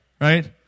Right